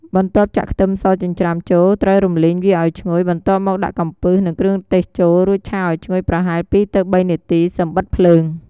បន្ទាប់ចាក់ខ្ទឹមសចិញ្រ្ចាំចូល ត្រូវរំលីងវាឱ្យឈ្ងុយ បន្ទាប់មកដាក់កំពឹស និងគ្រឿងទេសចូល រួចឆាឱ្យឈ្ងុយប្រហែល 2–3 នាទី សិមបិទភ្លើង។